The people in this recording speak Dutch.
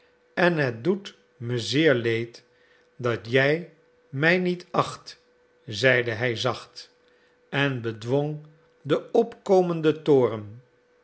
en het doet me zeer leed dat je mij niet acht zeide hij zacht en bedwong den opkomenden toorn